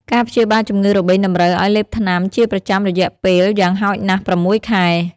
ការព្យាបាលជំងឺរបេងតម្រូវឱ្យលេបថ្នាំជាប្រចាំរយៈពេលយ៉ាងហោចណាស់ ៦ ខែ។